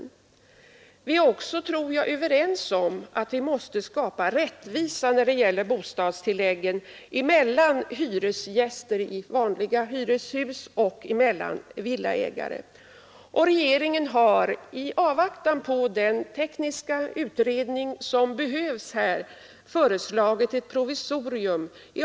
Vi är också, 4 april 1973 tror jag, överens om att vi måste skapa rättvisa när det gäller bostadstilläggen mellan hyresgäster i vanliga hyreslägenheter och villaägare. Regeringen har, i avvaktan på den tekniska utredning som behövs, föreslagit ett provisorium.